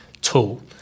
tool